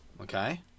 Okay